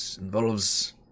involves